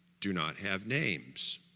do not have names